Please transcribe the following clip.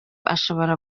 ashobora